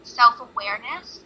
self-awareness